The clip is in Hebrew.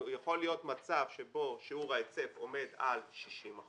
יכול להיות מצב שבו שיעור ההיצף עומד על 60%,